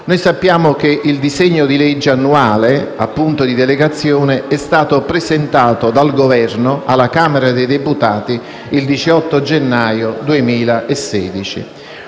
Sappiamo che il disegno di legge annuale di delegazione europea è stato presentato dal Governo alla Camera dei deputati il 18 gennaio 2016.